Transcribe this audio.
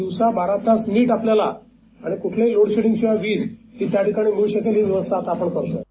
दिवसा बारा तास वीज नीट आपल्याला आणि कुठल्याही लोडशेडिंगशिवाय वीज ही त्याठिकाणी मिळू शकेल ही व्यवस्था आपण करत आहोत